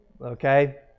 Okay